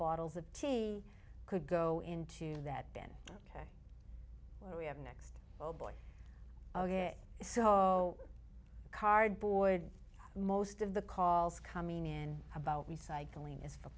bottles of tea could go into that then what we have next oh boy oh yeah so cardboard most of the calls coming in about recycling is for